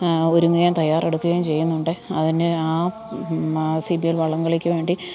ഒരുങ്ങുകയും തയ്യാറെടുക്കുകയും ചെയ്യുന്നുണ്ട് അതിന് ആ മാ സി ബി എൽ വള്ളംകളിക്കു വേണ്ടി